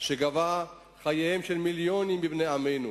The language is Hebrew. שגבה חייהם של מיליונים מבני עמנו.